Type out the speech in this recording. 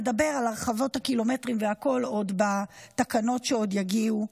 נדבר על הרחבות הקילומטרים והכול בתקנות שעוד יגיעו.